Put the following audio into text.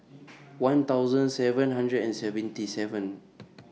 one thousand seven hundred and seventy seven